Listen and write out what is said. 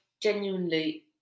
genuinely